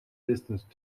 distance